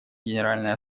генеральной